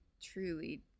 truly